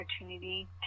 opportunity